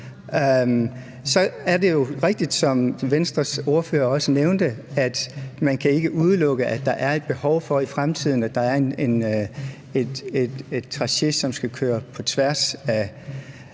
Så er det rigtigt, hvad Venstres ordfører også nævnte, at man ikke kan udelukke, at der i fremtiden bliver et behov for et tracé, som skal køre på tværs af